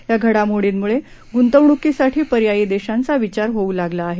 या घडामोडींमुळे गुंतवणुकीसाठी पर्यायी देशांचा विचार होऊ लागला आहे